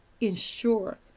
ensure